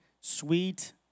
sweet